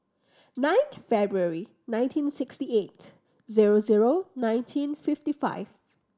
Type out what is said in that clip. nine February nineteen sixty eight zero zero nineteen fifty five